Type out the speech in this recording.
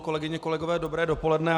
Kolegyně, kolegové, dobré dopoledne.